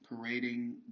parading